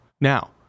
Now